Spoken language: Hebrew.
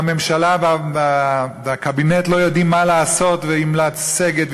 והממשלה והקבינט לא יודעים מה לעשות: האם לסגת,